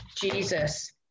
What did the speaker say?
Jesus